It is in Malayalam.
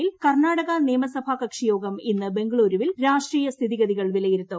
യിൽ കർണാടക നിയമസഭാ കക്ഷിയോഗം ഇന്ന് ബംഗളൂരൂവിൽ രാഷ്ട്രീയ സ്ഥിതി ഗതികൾ വിലയിരുത്തും